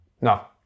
No